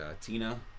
Tina